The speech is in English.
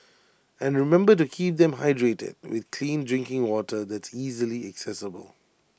and remember to keep them hydrated with clean drinking water that's easily accessible